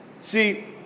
See